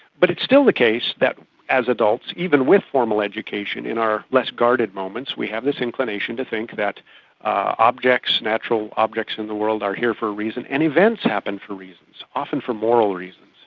but it's still the case that as adults, even with formal education, in our less guarded moments we have this inclination to think that objects, natural objects in the world are here for a reason, and events happen for reasons, often for moral reasons.